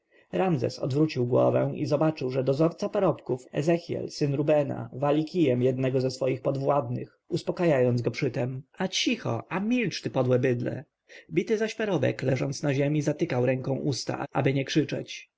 ramzes odwrócił głowę i zobaczył że dozorca parobków ezechjel syn rubena wali kijem jednego ze swoich podwładnych uspakajając go przytem a cicho a milcz ty podłe bydlę bity zaś parobek leżąc na ziemi zatykał ręką usta aby nie krzyczeć